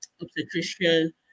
obstetrician